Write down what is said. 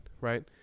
right